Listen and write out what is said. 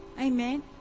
Amen